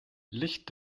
licht